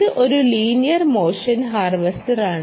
ഇത് ഒരു linear motion ഹാർവെസ്റ്ററാണ്